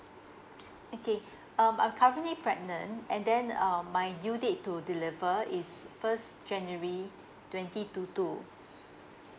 okay um I'm currently pregnant and then um my due date to deliver is first january twenty two two